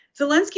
Zelensky